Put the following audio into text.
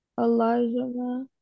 Elijah